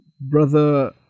Brother